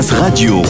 Radio